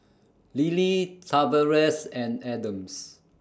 Lillia Tavares and Adams